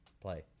Play